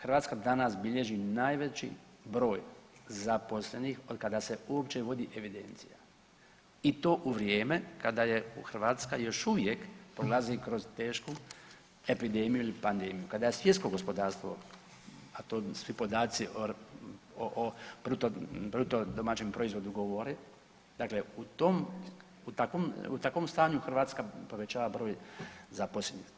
Hrvatska danas bilježi najveći broj zaposlenih otkada se uopće vodi evidencija i to u vrijeme kada je Hrvatska još uvijek prolazi kroz tešku epidemiju ili pandemiju, kada svjetsko gospodarstvo, a to svi podaci o BDP-u govore, dakle u takvom stanju Hrvatska povećava broj zaposlenih.